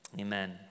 Amen